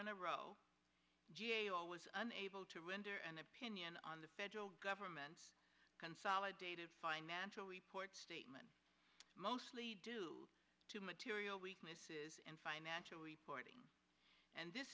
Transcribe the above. in a row i was unable to render an opinion on the federal government's consolidated financial report statement mostly due to material weaknesses and financial reporting and this